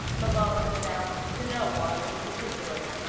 malone announced to no one in particular,